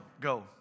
go